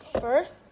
First